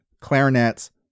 clarinets